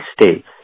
states